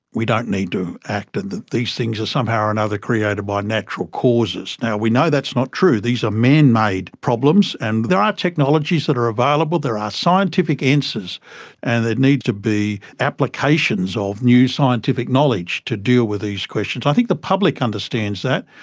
we don't need to act, and that these things are somehow or another created by natural causes. now, we know that's not true. these are man-made problems and there are technologies that are available, there are scientific answers and that need to be applications of new scientific knowledge to deal with these questions. i think the public understands that.